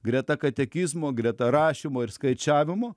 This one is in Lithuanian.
greta katekizmo greta rašymo ir skaičiavimo